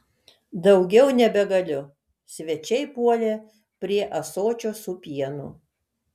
daugiau nebegaliu svečiai puolė prie ąsočio su pienu